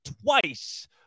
twice